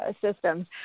systems